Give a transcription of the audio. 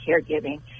caregiving